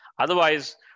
Otherwise